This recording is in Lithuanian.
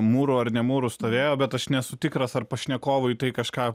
mūru ar ne mūru stovėjo bet aš nesu tikras ar pašnekovui tai kažką